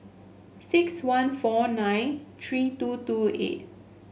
six one four nine three two two eight